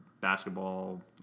basketball